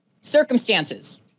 circumstances